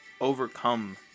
overcome